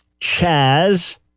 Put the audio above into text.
Chaz